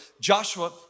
Joshua